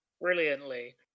Brilliantly